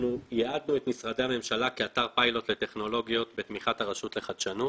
ייעדו את משרדי הממשלה כאתר פיילוט לטכנולוגיות בתמיכת הרשות לחדשנות.